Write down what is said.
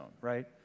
right